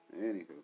Anywho